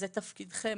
זה תפקידכם,